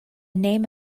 name